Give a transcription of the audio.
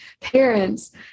parents